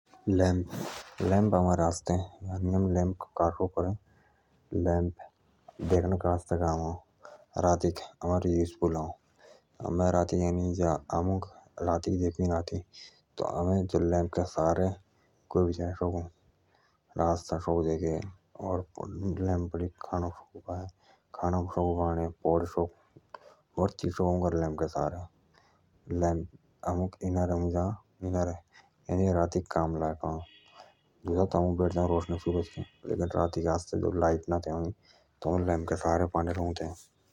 लैंप आमारे रातिक लेखनके काम आअ आमुक रातिक देखुई ना आति आमे तेतु लेंप के सहारे कोई भी जाए सकु किताब सकु पढ़ें खाणो बाणनके आस्ते कामे आअ दुसाध त आमुक बेटे जाअ रोशने रातिक जब लाइट ना ते अ तब आमे लेंप के सहारे पान्डे रोउन्त।